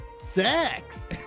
sex